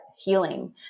healing